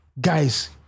Guys